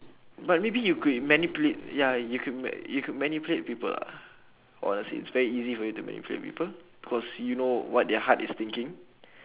but maybe you could manipulate ya you could ma~ you could manipulate people lah honestly it's very easy for you to manipulate people cause you know what their heart is thinking